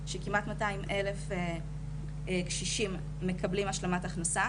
שכמעט 200 אלף קשישים מקבלים השלמת הכנסה,